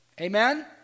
Amen